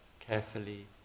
Carefully